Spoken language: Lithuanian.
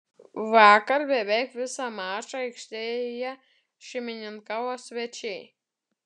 vakar beveik visą mačą aikštėje šeimininkavo svečiai